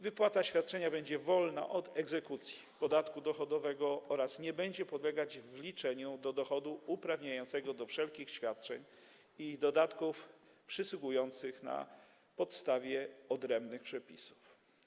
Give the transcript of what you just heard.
Wypłata świadczenia będzie wolna od egzekucji, podatku dochodowego oraz nie będzie podlegać wliczeniu do dochodu uprawniającego do wszelkich świadczeń i dodatków przysługujących na podstawie odrębnych przepisów.